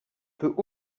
peut